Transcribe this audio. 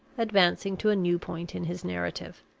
advancing to a new point in his narrative,